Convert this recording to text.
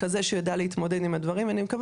כזה שיידע להתמודד עם הדברים ואני מקווה